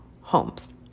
homes